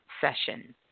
session